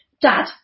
Dad